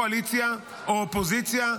קואליציה או אופוזיציה.